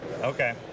Okay